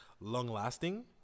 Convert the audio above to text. long-lasting